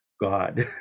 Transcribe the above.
God